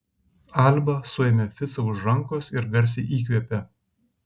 alba suėmė ficą už rankos ir garsiai įkvėpė